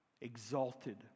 exalted